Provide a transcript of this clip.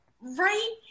Right